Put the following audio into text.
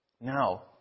Now